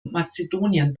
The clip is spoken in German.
mazedonien